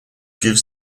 gives